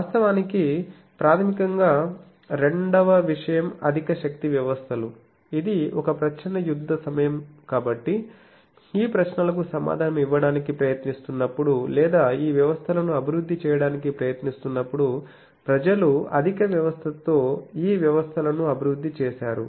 వాస్తవానికి ప్రాథమికంగా రెండవ విషయం అధిక శక్తి వ్యవస్థలు ఇది ఒక ప్రచ్ఛన్న యుద్ధ సమయం కాబట్టి ఈ ప్రశ్నలకు సమాధానం ఇవ్వడానికి ప్రయత్నిస్తున్నప్పుడు లేదా ఈ వ్యవస్థలను అభివృద్ధి చేయడానికి ప్రయత్నిస్తున్నప్పుడు ప్రజలు అధిక వ్యవస్థతో ఈ వ్యవస్థలను అభివృద్ధి చేశారు